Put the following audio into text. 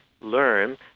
learn